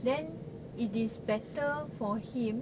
then it is better for him